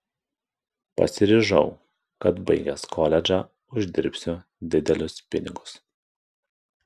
pasiryžau kad baigęs koledžą uždirbsiu didelius pinigus